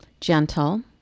gentle